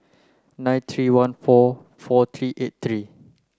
nine three one four four three eight three